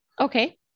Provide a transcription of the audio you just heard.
Okay